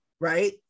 Right